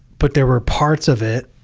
but there were parts of it,